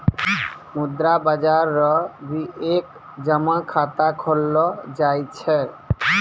मुद्रा बाजार रो भी एक जमा खाता खोललो जाय छै